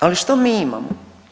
Ali što mi imamo?